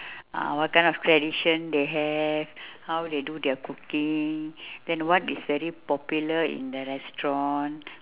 uh what kind of tradition they have how they do their cooking then what is very popular in the restaurant